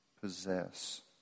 possess